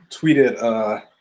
tweeted